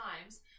Times